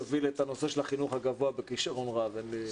יוביל את הנושא של החינוך הגבוה בכישרון רב.